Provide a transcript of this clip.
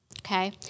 Okay